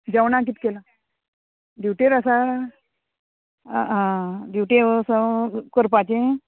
जेवणाक कित केलां ड्युटेर आसा आं ड्युटी वसो करपाचें